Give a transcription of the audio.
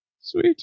sweet